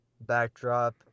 backdrop